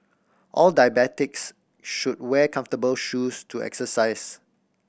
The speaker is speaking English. all diabetics should wear comfortable shoes to exercise